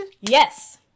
Yes